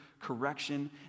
correction